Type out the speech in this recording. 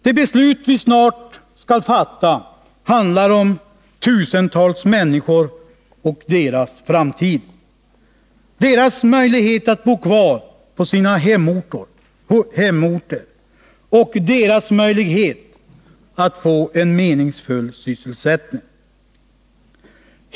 De beslut vi snart skall fatta handlar om tusentals människor och deras framtid, deras möjlighet att bo kvar på sina hemorter och deras möjlighet att få en meningsfull sysselsättning.